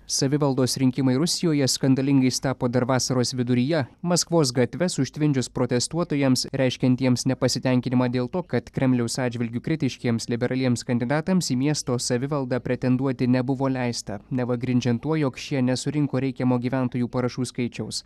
savivaldos rinkimai rusijoje skandalingais tapo dar vasaros viduryje maskvos gatves užtvindžius protestuotojams reiškiantiems nepasitenkinimą dėl to kad kremliaus atžvilgiu kritiškiems liberaliems kandidatams į miesto savivaldą pretenduoti nebuvo leista neva grindžiant tuo jog šie nesurinko reikiamo gyventojų parašų skaičiaus